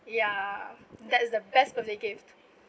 ya that's the best birthday gift